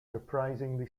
surprisingly